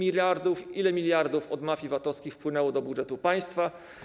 Ile miliardów od mafii VAT-owskiej wpłynęło do budżetu państwa?